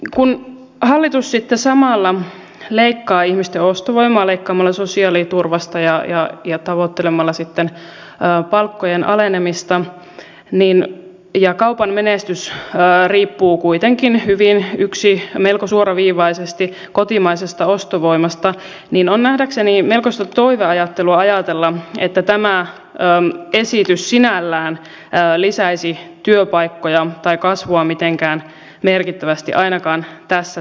kun hallitus sitten samalla leikkaa ihmisten ostovoimaa leikkaamalla sosiaaliturvasta ja tavoittelemalla sitten palkkojen alenemista ja kaupan menestys riippuu kuitenkin melko suoraviivaisesti kotimaisesta ostovoimasta niin on nähdäkseni melkoista toiveajattelua ajatella että tämä esitys sinällään lisäisi työpaikkoja tai kasvua mitenkään merkittävästi ainakaan tässä tilanteessa